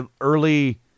early